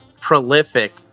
prolific